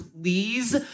please